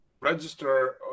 register